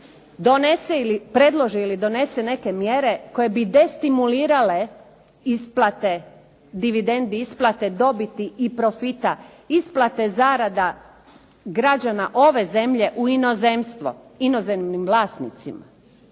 donese ili predloži ili donese neke mjere koje bi destimulirale isplate dividendi, isplate dobiti i profita, isplate zarada građana ove zemlje u inozemstvo, inozemnim vlasnicima.